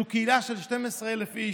זו קהילה של 12,000 איש,